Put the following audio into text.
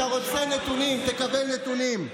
אתה רוצה נתונים, תקבל נתונים,